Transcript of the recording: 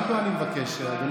גם איתו אני מבקש לדבר,